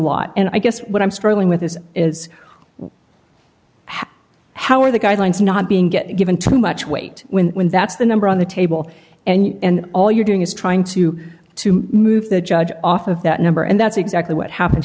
lot and i guess what i'm struggling with this is how how are the guidelines not being get given too much weight when when that's the number on the table and all you're doing is trying to move the judge off of that number and that's exactly what happen